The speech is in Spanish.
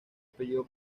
apellido